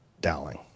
Dowling